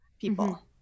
people